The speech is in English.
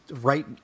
Right